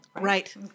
Right